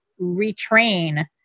retrain